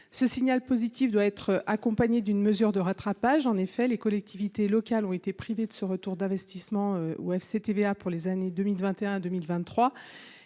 Ce signal positif doit être accompagné d’une mesure de rattrapage. En effet, les collectivités ont été privées de ce retour d’investissement pour les années 2021, 2022